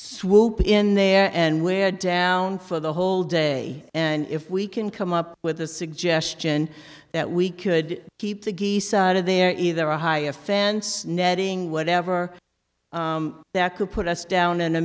swoop in there and we're down for the whole day and if we can come up with a suggestion that we could keep the geese out of there either a high offense netting whatever that could put us down in a